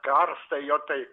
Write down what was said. karstą jo tai